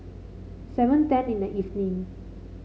seven ten in the evening